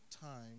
time